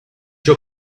your